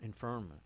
infirmment